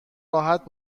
راحت